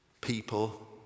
people